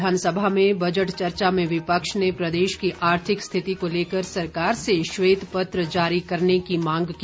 विधानसभा में बजट चर्चा में विपक्ष ने प्रदेश की आर्थिक स्थिति को लेकर सरकार से श्वेत पत्र जारी करने की मांग की